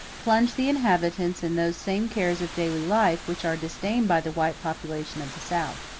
plunge the inhabitants in those same cares of daily life which are disdained by the white population of the south.